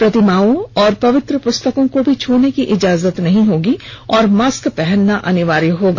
प्रतिमाओं और पवित्र पुस्तकों को भी छने की इजाजत नहीं होगी और मास्क पहनना अनिवार्य होगा